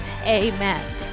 amen